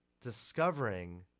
Discovering